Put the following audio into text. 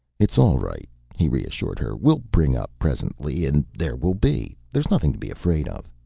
it's all right, he reassured her. we'll bring up presently, and there we'll be. there's nothing to be afraid of.